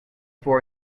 for